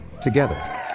together